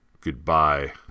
Goodbye